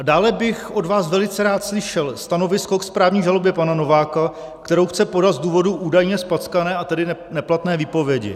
Dále bych od vás velice rád slyšel stanovisko k správní žalobě pana Nováka, kterou chce podat z důvodu údajně zpackané, a tedy neplatné výpovědi.